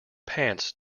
pants